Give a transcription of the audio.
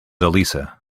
elisa